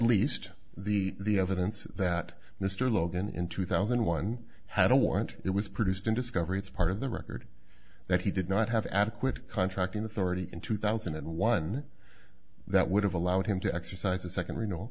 least the evidence that mr logan in two thousand and one had a warrant it was produced in discovery it's part of the record that he did not have adequate contracting authority in two thousand and one that would have allowed him to exercise a second ren